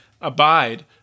abide